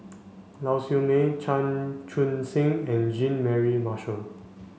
Lau Siew Mei Chan Chun Sing and Jean Mary Marshall